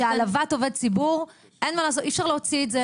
שהלבה טובה ציבור אי-אפשר להוציא את זה,